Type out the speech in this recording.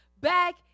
back